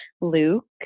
Luke